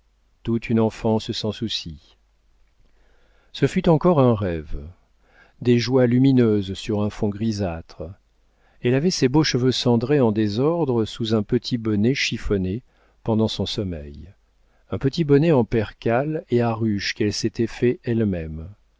toute une enfance sans soucis ce fut encore un rêve des joies lumineuses sur un fond grisâtre elle avait ses beaux cheveux cendrés en désordre sous un petit bonnet chiffonné pendant son sommeil un petit bonnet en percale et à ruches qu'elle s'était fait elle-même